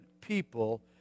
people